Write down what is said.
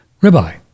ribeye